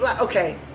Okay